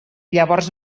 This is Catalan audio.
llavors